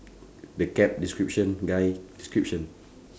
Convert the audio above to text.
the cap description guy description